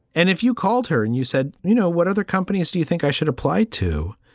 and if you called her and you said, you know, what other companies do you think i should apply to?